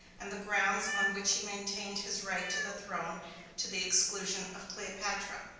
and the grounds on which he maintained his right to the throne to the exclusion of cleopatra.